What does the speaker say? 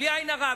בלי עין הרע,